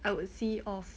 I would see of